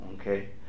Okay